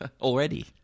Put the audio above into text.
already